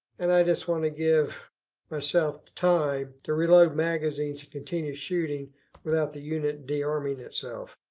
and i just want to give myself time to reload magazines to continue shooting without the unit disarming itself.